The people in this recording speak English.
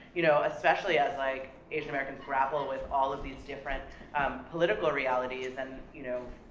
you know, especially as like asian americans grapple with all of these different political realities, and, you know,